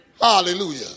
Hallelujah